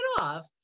off